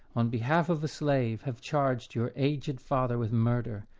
on behalf of a slave, have charged your aged father with murder.